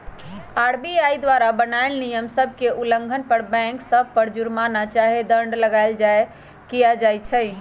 RBI द्वारा बनाएल नियम सभ के उल्लंघन पर बैंक सभ पर जुरमना चाहे दंड लगाएल किया जाइ छइ